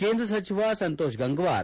ಕೇಂದ್ರ ಸಚಿವ ಸಂತೋಷ್ ಗಂಗ್ವಾರ್